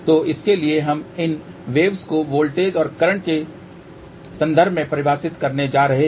तो इसके लिए हम इन वेव्स को वोल्टेज और करंट के संदर्भ में परिभाषित करने जा रहे हैं